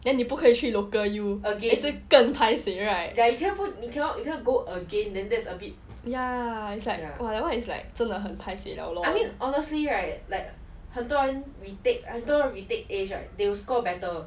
then 你不可以去 local U 更 paiseh right ya it's like it's like 真的很 paiseh